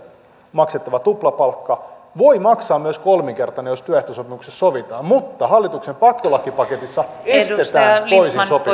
laissa todetaan että siitä maksettava tuplapalkka voidaan maksaa myös kolminkertaisena jos työehtosopimuksessa sovitaan mutta hallituksen pakkolakipaketissa estetään toisin sopiminen